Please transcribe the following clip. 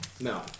No